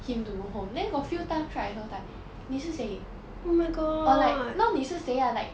him to go home then got few times right few times 你是谁 or like not 你是谁 lah like